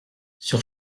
sur